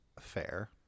fair